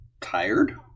tired